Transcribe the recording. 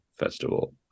festival